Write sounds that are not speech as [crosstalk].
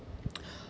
[breath] [noise]